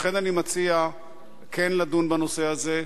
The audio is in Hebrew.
לכן אני מציע כן לדון בנושא הזה,